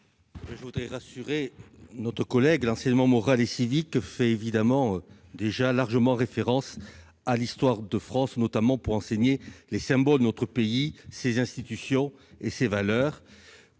je veux vous rassurer, l'enseignement moral et civique fait évidemment déjà largement référence à l'histoire de France, notamment en abordant les symboles de notre pays, ses institutions et ses valeurs.